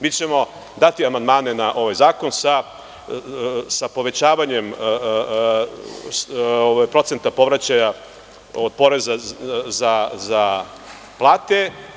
Mi ćemo dati amandmane na ovaj zakon sa povećavanjem procenta povraćaja od poreza za plate.